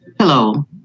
Hello